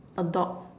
a dog